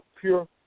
pure